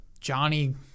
Johnny